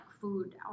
food